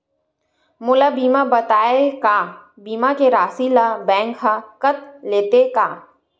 मोला बिना बताय का बीमा के राशि ला बैंक हा कत लेते का?